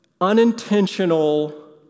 unintentional